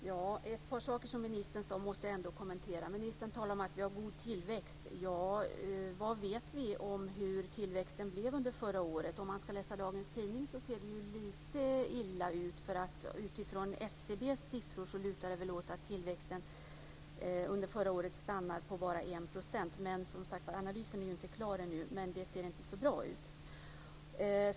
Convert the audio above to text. Herr talman! Jag måste ändå kommentera ett par saker som ministern sade. Ministern talade om att vi har god tillväxt. Vad vet vi om hur tillväxten blev under förra året? Om man läser dagens tidning ser det ju lite illa ut. Utifrån SCB:s siffror lutar det väl åt att tillväxten under förra året stannade på bara 1 %. Men analysen är ju inte klar än. Men det ser inte så bra ut.